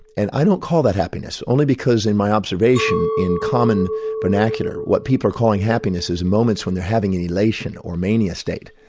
and i don't call that happiness, only because in my observation in common vernacular, what people are calling happiness is moments when you're having an elation or mania state,